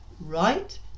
right